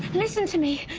listen to me!